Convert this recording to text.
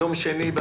יום שני,